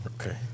Okay